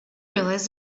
realize